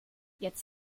jetzt